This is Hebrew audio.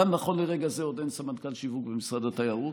גם נכון לרגע זה עוד אין סמנכ"ל שיווק במשרד התיירות.